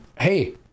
hey